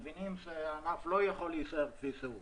מבינים שהענף לא יכול להישאר כפי שהוא.